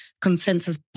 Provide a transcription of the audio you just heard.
Consensus